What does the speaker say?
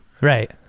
Right